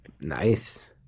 Nice